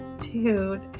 Dude